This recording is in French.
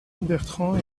bertrand